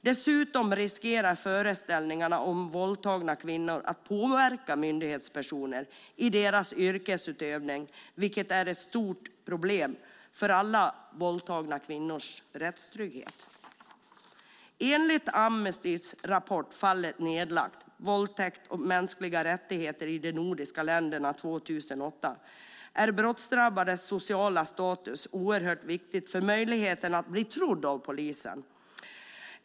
Dessutom riskerar föreställningarna om våldtagna kvinnor att påverka myndighetspersoner i deras yrkesutövning, vilket är ett stort problem för alla våldtagna kvinnors rättstrygghet. Enligt Amnestys rapport 2008, Fallet nedlagt - Våldtäkt och mänskliga rättigheter i de nordiska länderna , är brottsdrabbades sociala status oerhört viktig för möjligheten att bli trodd av polisen.